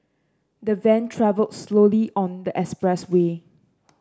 the van travelled slowly on the expressway